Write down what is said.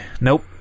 Nope